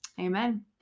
Amen